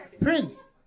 Prince